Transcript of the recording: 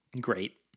Great